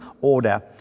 order